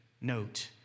note